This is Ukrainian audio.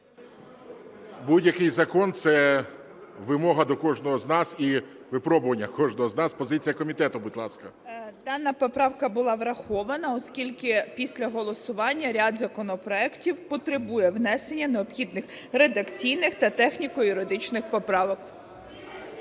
Будь-який закон – це вимога до кожного з нас і випробування кожного з нас. Позиція комітету, будь ласка. 14:17:39 ЗАБУРАННА Л.В. Дана поправка була врахована, оскільки після голосування ряд законопроектів потребує внесення необхідних редакційних та техніко-юридичних поправок.